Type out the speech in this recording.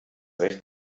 recht